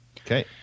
okay